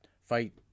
fight